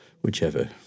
whichever